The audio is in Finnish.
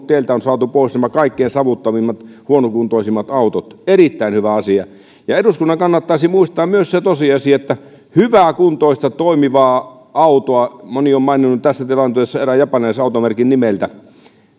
teiltä on saatu pois nämä kaikkein savuttavimmat huonokuntoisimmat autot erittäin hyvä asia ja eduskunnan kannattaisi muistaa myös se tosiasia että hyväkuntoista toimivaa autoa moni on maininnut tässä tilanteessa erään japanilaisen automerkin nimeltä